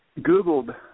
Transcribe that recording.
Googled